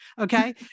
Okay